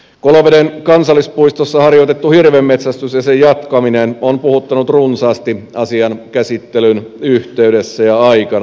koloveden kansallispuistossa harjoitettu hirvenmetsästys ja sen jatkaminen on puhuttanut runsaasti asian käsittelyn yhteydessä ja aikana